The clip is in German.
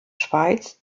schweiz